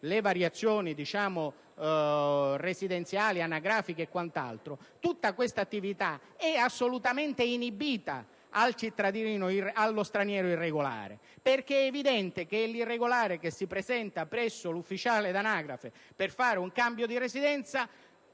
le variazioni residenziali, anagrafiche e quant'altro, è assolutamente inibita allo straniero irregolare: è evidente che l'irregolare che si presenta presso l'ufficiale dell'anagrafe per fare un cambio di residenza